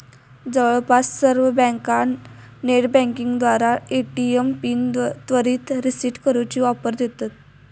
जवळपास सर्व बँका नेटबँकिंगद्वारा ए.टी.एम पिन त्वरित रीसेट करूची ऑफर देतत